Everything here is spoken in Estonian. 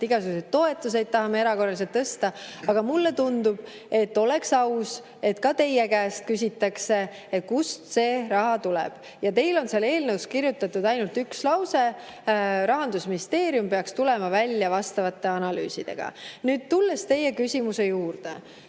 igasuguseid toetusi tahame erakorraliselt tõsta. Aga mulle tundub, et oleks aus, kui ka teie käest küsitaks, kust see raha tuleb. Teil on seal eelnõus selle kohta kirjutatud ainult üks lause: Rahandusministeerium peaks tulema välja vastavate analüüsidega. Tulles teie küsimuse juurde,